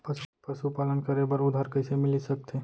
पशुपालन करे बर उधार कइसे मिलिस सकथे?